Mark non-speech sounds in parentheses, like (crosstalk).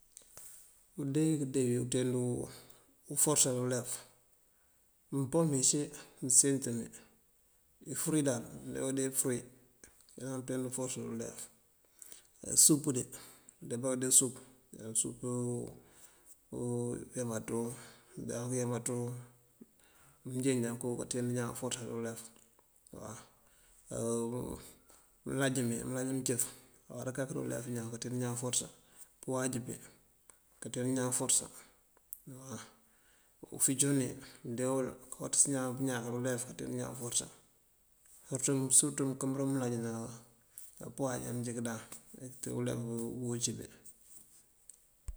Unde uwí këënde unţeendú (hesitation) uforësa dí ulef, umpomi cí, mëësíitër mí, iyú fëruwí dáal, já ngëënde fëruwí jánon ţeendú uforësa dí ulef. Ná súpëëndí, andeempaŋ pëëndee súp, ne usúp (hesitation) wúyamaţúu ne mëëndenk wuyamaţúu mëënjeej mooko káanţeend iñaan uforësá dí ulef waw. (hesitation) mëëláaj mí, mëëláaj mëëncëf awáara kak dí ulef iñaan káanţeend iñaan uforësa. Pëëwáaj pí káanteend iñaan uforësa waw. Ufúncoŋ uwí mëënde uwul káwáanţës iñaan pëëñaak dí ulef, këënţeend iñaan uforësá. Surëtú mëënkëëmbërin mëëláaj ná pëwáanj amáanják kadan ekëte uleefu bí uncí bí.